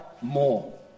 more